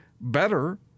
better